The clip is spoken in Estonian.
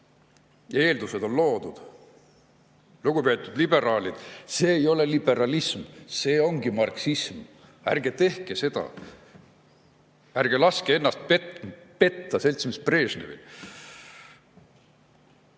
eeldused on loodud. Lugupeetud liberaalid, see ei ole liberalism, see ongi marksism. Ärge tehke seda! Ärge laske ennast petta seltsimees Brežnevil!